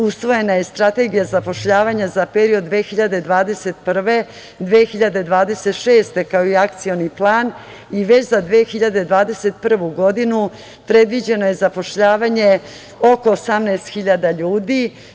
Usvojena je Strategija zapošljavanja za period 2021-2026. godine, kao i Akcioni plan i već za 2021. godinu previđeno je zapošljavanje oko 18.000 ljudi.